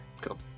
Cool